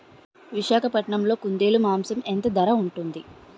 విశాఖపట్నంలో కుందేలు మాంసం ఎంత ధర ఉంటుంది?